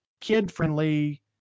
kid-friendly